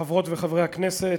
תודה, חברות וחברי הכנסת,